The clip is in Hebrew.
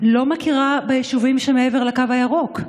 לא מכירה ביישובים שמעבר לקו הירוק,